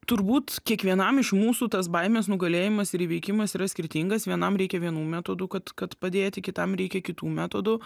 turbūt kiekvienam iš mūsų tas baimės nugalėjimas ir įveikimas yra skirtingas vienam reikia vienų metodų kad kad padėti kitam reikia kitų metodų